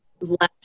left